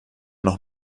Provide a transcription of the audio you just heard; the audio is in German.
noch